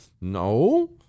no